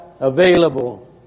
Available